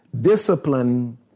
discipline